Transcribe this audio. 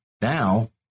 Now